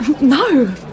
No